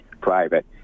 private